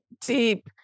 deep